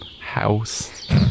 house